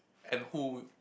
and who